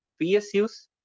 PSUs